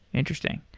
interesting.